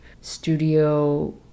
studio